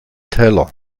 teller